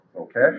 Okay